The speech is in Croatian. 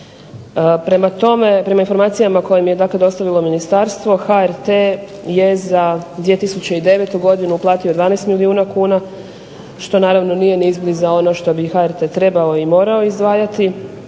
Prema informacijama koje je dostavilo Ministarstvo, HRT je za 2009. godinu uplatio 12 milijuna kuna što nije ni izbliza ono što bi HRT trebao i morao izdvajati